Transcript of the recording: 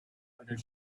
other